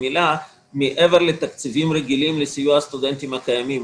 מעבר לתקציבים רגילים לסיוע לסטודנטים הקיימים.